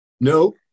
No